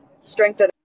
Strengthen